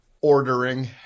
ordering